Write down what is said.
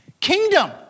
kingdom